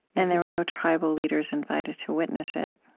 and there were no tribal leaders invited to witness it.